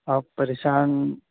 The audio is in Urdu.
آپ پریشان